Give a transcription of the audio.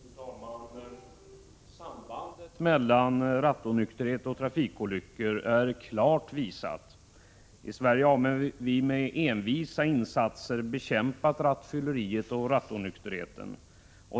Fru talman! Sambandet mellan rattonykterhet och trafikolyckor är klart visat. I Sverige har vi med envisa insatser bekämpat rattonykterheten.